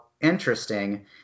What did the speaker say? interesting